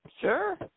Sure